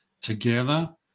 together